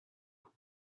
who